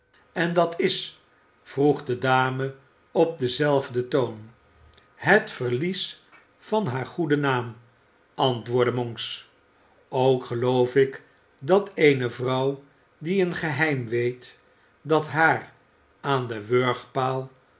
en dat is vroeg de dame op denzelfden toon het verlies van haar goeden naam antwoordde monks ook geloof ik dat eene vrouw die een geheim weet dat haar aan den